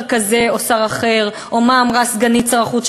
כזה או שר אחר או מה אמרה סגנית שר החוץ,